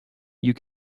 you